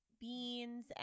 beans